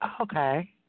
Okay